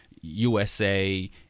usa